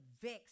vex